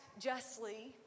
justly